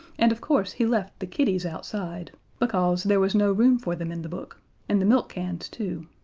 and of course he left the kitties outside, because there was no room for them in the book and the milk cans too.